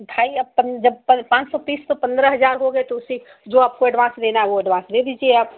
मिठाई अब जब तक पाँच सौ तीस तो पंद्रह हज़ार हो गए तो उसी जो आपको अड्वान्स लेना है वह अड्वान्स दे दीजिए आप